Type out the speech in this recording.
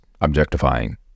objectifying